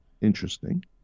Interesting